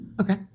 Okay